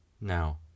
Now